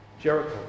Jericho